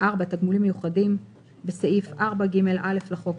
תגמולים מיוחדים 4. בסעיף 4ג(א) לחוק,